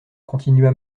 continua